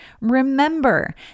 remember